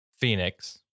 Phoenix